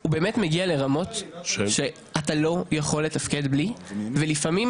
הוא באמת מגיע לרמות שאתה לא יכול לתפקד בלי ולפעמים,